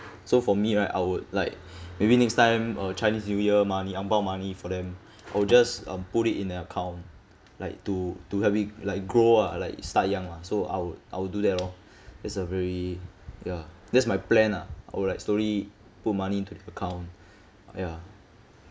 so for me right I would like maybe next time uh chinese new year money ang bao money for them I'll just uh put it in their account like to to have it like grow ah like start young lah so I would I would do that loh it's a very ya that's my plan ah I would like slowly put money into their account ya